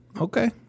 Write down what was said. Okay